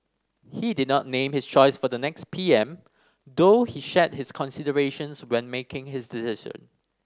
he did not name his choice for the next P M though he shared his considerations when making his decision